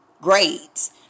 grades